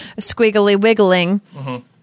squiggly-wiggling